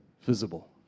visible